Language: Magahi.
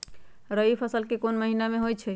रबी फसल कोंन कोंन महिना में होइ छइ?